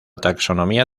taxonomía